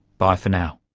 bye for now